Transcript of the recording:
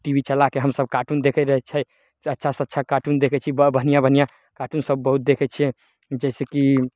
T भी चलाके हमसब काटुन देखै रहै छै अच्छा से अच्छा काटुन देखै छी बढ़िऑं बढ़िऑं काटुन सब बहुत देखै छियै जाहिसे की